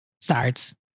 starts